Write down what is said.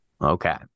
Okay